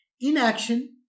Inaction